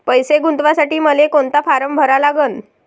पैसे गुंतवासाठी मले कोंता फारम भरा लागन?